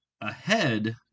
ahead